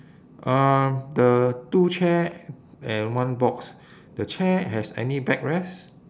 um the two chair and one box the chair has any backrest